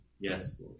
Yes